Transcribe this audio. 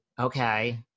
okay